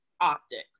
optics